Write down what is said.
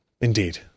indeed